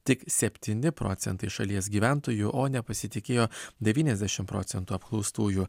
tik septyni procentai šalies gyventojų o nepasitikėjo devyniasdešimt procentų apklaustųjų